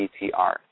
BTR